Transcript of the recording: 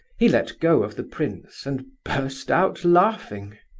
he let go of the prince and burst out laughing.